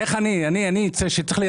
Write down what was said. למה שעלויות